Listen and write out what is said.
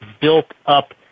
built-up